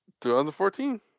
2014